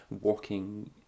walking